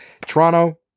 Toronto